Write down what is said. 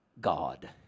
God